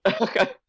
Okay